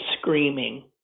screaming